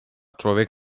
człowiek